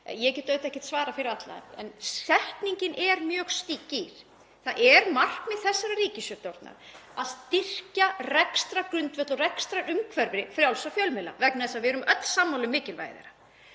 Ég get auðvitað ekki svarað fyrir alla en setningin er mjög skýr; það er markmið þessarar ríkisstjórnar að styrkja rekstrargrundvöll og rekstrarumhverfi frjálsra fjölmiðla vegna þess að við erum öll sammála um mikilvægi